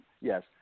yes